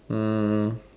um